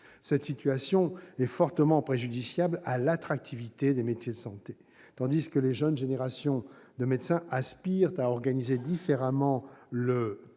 Cette situation est fortement préjudiciable à l'attractivité des métiers de santé : tandis que les jeunes générations de médecins aspirent à organiser différemment le temps